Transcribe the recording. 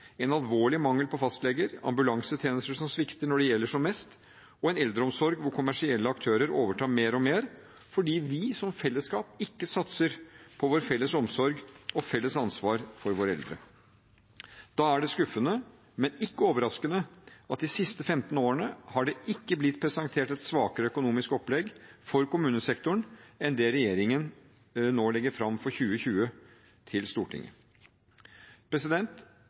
en alvorlig mangel på fastleger, ambulansetjenester som svikter når det gjelder som mest, og en eldreomsorg hvor kommersielle aktører overtar mer og mer fordi vi som fellesskap ikke satser på vår felles omsorg og vårt felles ansvar for våre eldre. Da er det skuffende, men ikke overraskende, at de siste 15 årene har det ikke blitt presentert et svakere økonomisk opplegg for kommunesektoren enn det regjeringen nå legger fram for 2020 for Stortinget.